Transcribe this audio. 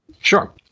Sure